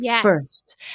first